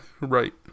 Right